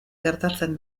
gertatzen